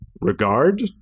regard